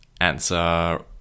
answer